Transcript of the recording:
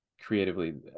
creatively